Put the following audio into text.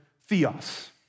theos